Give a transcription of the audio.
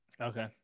Okay